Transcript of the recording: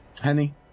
Henny